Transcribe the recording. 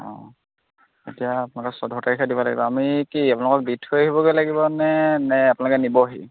অঁ এতিয়া আপোনালোকে চৈধ্য তাৰিখে দিব লাগিব আমি কি আপোনালোকক দি থৈ আহিবগৈ লাগিব নে নে আপোনালোকে নিবহি